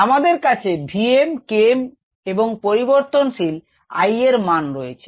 আমাদের কাছে Vm Km এবং পরিবর্তনশীল I এর মান রয়েছে